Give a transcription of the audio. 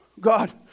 God